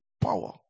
power